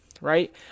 right